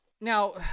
Now